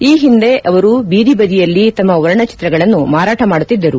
ಈ ಹಿಂದೆ ಅವರು ಬೀದಿ ಬದಿಯಲ್ಲಿ ತಮ್ಮ ವರ್ಣಚಿತ್ರಗಳನ್ನು ಮಾರಾಣ ಮಾಡುತ್ತಿದ್ದರು